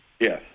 Yes